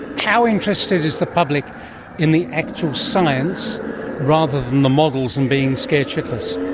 how interested is the public in the actual science rather than the models and being scared shitless?